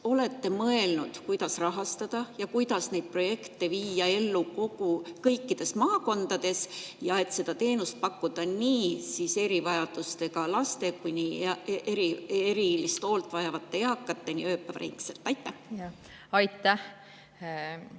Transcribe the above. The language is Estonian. olete mõelnud, kuidas rahastada ja kuidas neid projekte viia ellu kõikides maakondades, et seda teenust pakkuda nii erivajadustega lastele kui ka erilist hoolt vajavatele eakatele ööpäevaringselt? Aitäh!